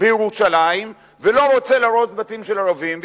בירושלים ולא רוצה להרוס בתים של ערבים,